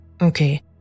Okay